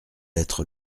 être